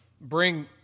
bring